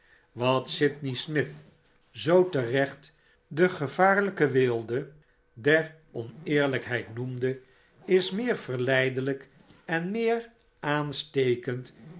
wat sydney smith zoo terecht de gevaarlijke weelde der oneeripheid noemde is meer verleidelp en meer aanstekend